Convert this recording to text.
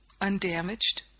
undamaged